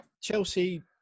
Chelsea